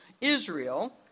Israel